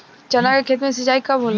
चना के खेत मे सिंचाई कब होला?